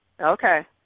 Okay